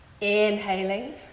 Inhaling